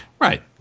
Right